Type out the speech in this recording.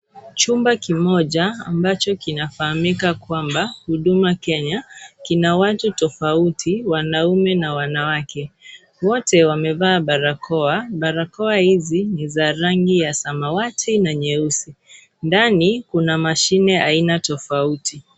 Chumba kimoja, ambacho kinafahamika kwamba, Huduma Kenya. Kuna watu tofauti, wanaume na wanawake. Wote wamevaa barakoa. Barakoa hizi ni za rangi ya samawati na nyeusi. Ndani, kuna mashini aina tofauti.